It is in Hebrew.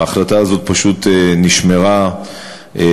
וההחלטה הזאת פשוט נשמרה בחשאיות,